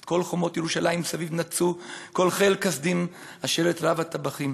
ואת כל חֹמות ירושלם סביב נָתצו כל חיל כשדים אשר את רב טבחים".